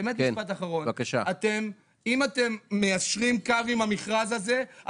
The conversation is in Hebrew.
אם אתם מיישרים קו עם המכרז הזה,